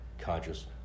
conscious